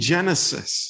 Genesis